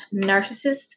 narcissist